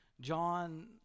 John